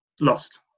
lost